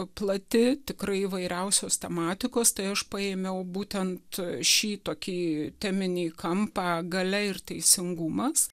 plati tikrai įvairiausios tematikos tai aš paėmiau būtent šį tokį teminį kampą galia ir teisingumas